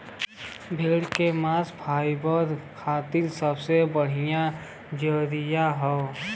भेड़ क मांस फाइबर खातिर सबसे बढ़िया जरिया हौ